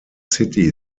city